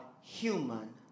human